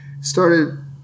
started